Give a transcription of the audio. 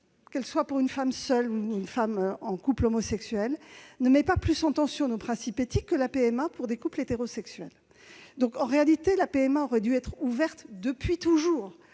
qu'elle soit pour une femme seule ou une femme en couple homosexuel, ne met pas plus en tension nos principes éthiques que la PMA pour des couples hétérosexuels. En réalité, la PMA aurait dû être ouverte depuis toujours